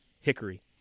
hickory